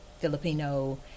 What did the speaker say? Filipino